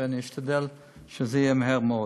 ואני אשתדל שזה יהיה מהר מאוד.